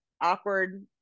awkward